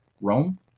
Rome